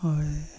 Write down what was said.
ᱦᱳᱭ